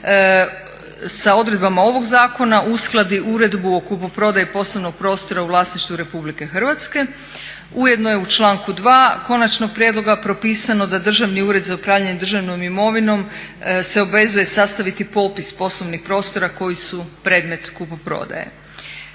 sa odredbama ovoga zakona uskladi uredbu o kupoprodaji poslovnog prostora u vlasništvu RH. Ujedno je u članku 2.konačnog prijedloga propisano da Državni ured za upravljanje državnom imovinom se obvezuje sastaviti popis poslovnih prostora koji su predmet kupoprodaje.